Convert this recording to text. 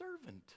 servant